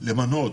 למנות